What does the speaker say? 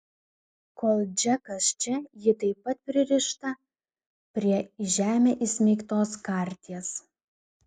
kol džekas čia ji taip pat pririšta prie į žemę įsmeigtos karties